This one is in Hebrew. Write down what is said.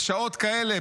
בשעות כאלה,